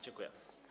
Dziękuję.